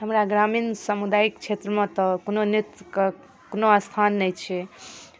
हमरा ग्रामीण सामुदायिक छेत्रमे तऽ कोनो नेता कऽ कोनो स्थान नहि छै